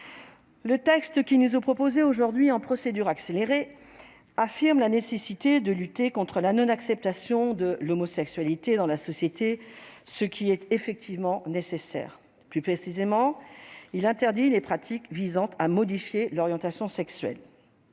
le texte qui nous est proposé aujourd'hui, en procédure accélérée, affirme la nécessité de lutter contre la non-acceptation de l'homosexualité dans la société, ce qui est effectivement indispensable. Plus précisément, cette proposition de loi tend à interdire les pratiques visant à modifier l'orientation sexuelle.